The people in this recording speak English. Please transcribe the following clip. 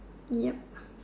ya